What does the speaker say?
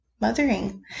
mothering